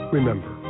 Remember